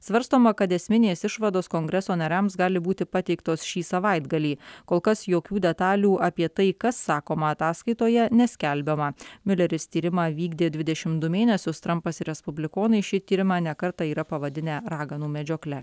svarstoma kad esminės išvados kongreso nariams gali būti pateiktos šį savaitgalį kol kas jokių detalių apie tai kas sakoma ataskaitoje neskelbiama miuleris tyrimą vykdė dvidešimt du mėnesius trampas ir respublikonai šį tyrimą ne kartą yra pavadinę raganų medžiokle